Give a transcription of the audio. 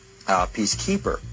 peacekeeper